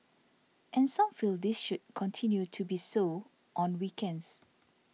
and some feel this should continue to be so on weekends